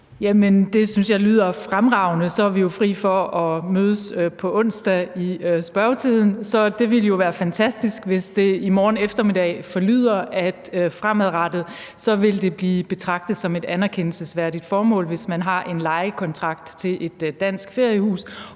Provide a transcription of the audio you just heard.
det synes jeg lyder fremragende. Så er vi jo fri for at mødes på onsdag i spørgetiden. Så det ville jo være fantastisk, hvis det i morgen eftermiddag forlyder, at fremadrettet vil det blive betragtet som et anerkendelsesværdigt formål, hvis man har en lejekontrakt til et dansk feriehus